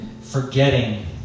forgetting